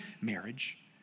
marriage